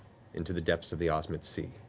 into the depths of the ozmit sea.